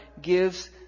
gives